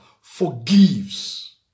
forgives